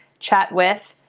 chat with,